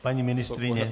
Paní ministryně?